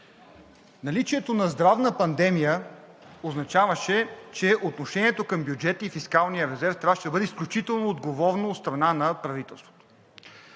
Наличието на здравна пандемия означаваше, че отношението към бюджета и фискалния резерв ще бъде изключително отговорно от страна на правителството.